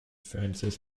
francis